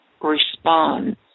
respond